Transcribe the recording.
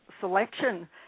selection